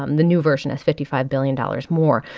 um the new version is fifty five billion dollars more.